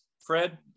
Fred